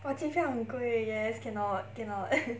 !wah! 机票很贵 yes cannot cannot